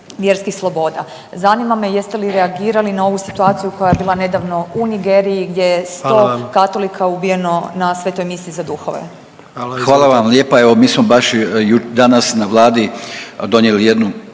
vjerskih sloboda, zanima me jeste li reagirali na ovu situaciju koja je bila nedavno u Nigeriji gdje je 100 katolika ubijeno na svetoj misi za duhove? **Jandroković, Gordan (HDZ)** Hvala. Izvolite.